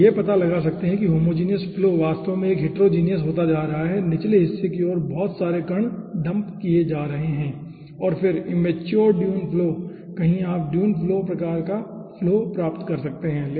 आप यह पता लगा सकते हैं कि होमोजिनियस फ्लो वास्तव में एक हिटेरोजीनियस होता जा रहा है निचले हिस्से की ओर बहुत सारे कण डंप किए जा रहे हैं और फिर इमेच्योर ड्यून फ्लो कहीं आप ड्यून फ्लो प्रकार का फ्लो प्राप्त कर सकते है